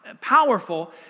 powerful